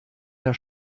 der